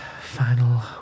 final